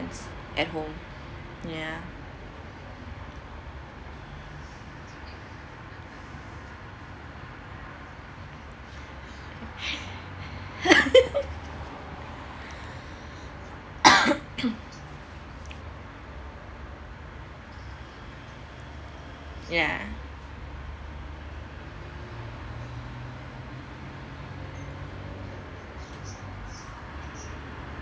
at home yeah yeah